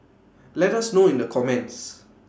let us know in the comments